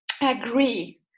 agree